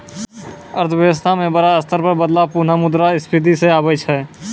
अर्थव्यवस्था म बड़ा स्तर पर बदलाव पुनः मुद्रा स्फीती स आबै छै